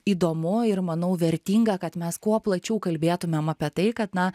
įdomu ir manau vertinga kad mes kuo plačiau kalbėtumėm apie tai kad na